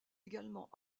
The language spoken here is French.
également